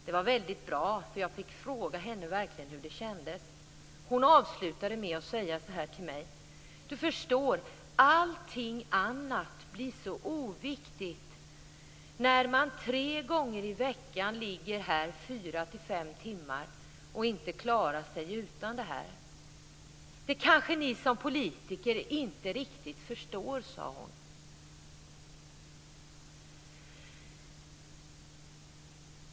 Det var väldigt bra, för jag fick verkligen fråga henne hur det kändes. Hon avslutade med att säga så här till mig: Du förstår, allting blir så oviktigt när man tre gånger i veckan ligger här fyra till fem timmar och inte klarar sig utan detta. Det kanske ni som politiker inte riktigt förstår, sade hon.